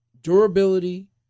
durability